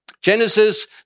genesis